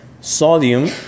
Sodium